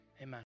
amen